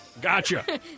Gotcha